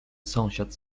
sąsiad